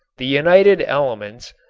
the united elements,